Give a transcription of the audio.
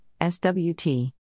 SWT